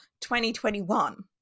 2021